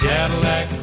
Cadillac